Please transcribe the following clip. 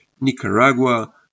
Nicaragua